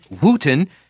Wooten